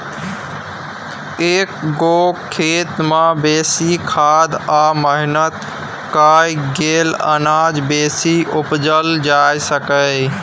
एक्क गो खेत मे बेसी खाद आ मेहनत कए कय अनाज बेसी उपजाएल जा सकैए